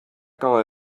guy